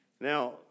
Now